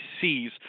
sees